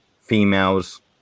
females